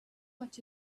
what